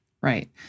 Right